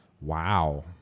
Wow